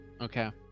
Okay